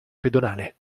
pedonale